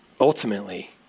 ultimately